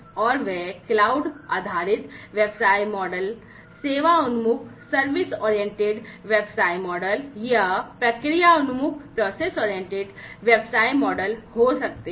और वे क्लाउड आधारित व्यवसाय मॉडल service oriented व्यवसाय मॉडल या process oriented व्यवसाय मॉडल हो सकते हैं